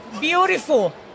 beautiful